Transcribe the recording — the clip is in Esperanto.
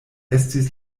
estis